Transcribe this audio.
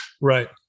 Right